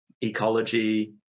ecology